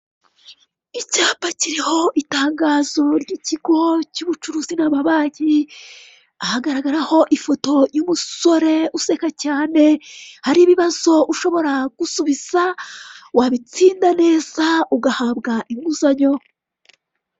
Icyapa kiriho itangazo cy'ubucuruzi n'amabanki, hagaragaraho ifoto y'umusore useka cyane, hariho ibibazo ushobora gusubiza wabitsinda neza ugahabwa inguzanyo.